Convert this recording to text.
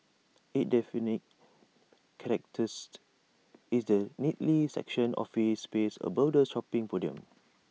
IT defining is the neatly sectioned office space above the shopping podium